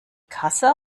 kasse